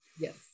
Yes